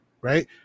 right